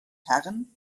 herren